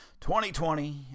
2020